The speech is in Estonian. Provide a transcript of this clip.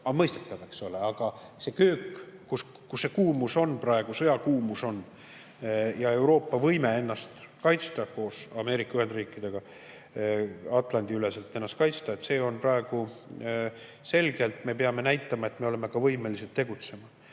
ka mõistetav, eks ole. Aga see köök, kus see kuumus, sõjakuumus praegu on, ja Euroopa võime ennast kaitsta koos Ameerika Ühendriikidega, Atlandi-üleselt ennast kaitsta, see on praegu selge ning me peame näitama, et me oleme ka võimelised tegutsema. Ma